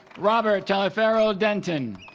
robert taliaferro denton